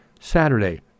saturday